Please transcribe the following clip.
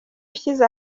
ushyize